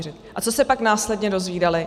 A co se pak následně dozvídali?